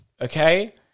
okay